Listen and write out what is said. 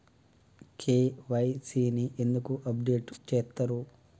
KYC ని ఎందుకు update చేత్తరు?